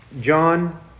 John